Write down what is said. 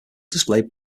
displayed